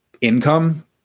income